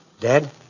Dead